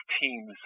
teams